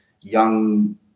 young